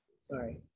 sorry